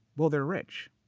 well, they're rich.